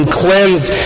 cleansed